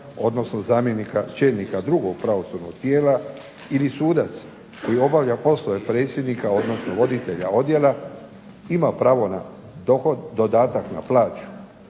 odnosno zamjenika čelnika drugog pravosudnog tijela ili sudac koji obavlja poslove predsjednika, odnosno voditelja odjela ima pravo na dodatak na plaću